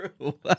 true